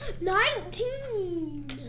Nineteen